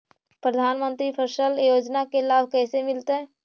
प्रधानमंत्री फसल योजना के लाभ कैसे मिलतै?